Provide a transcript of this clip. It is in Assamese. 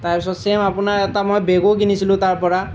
তাৰপিছত চেইম আপোনাৰ এটা বেগো কিনিছিলোঁ তাৰ পৰা